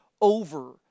over